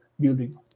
building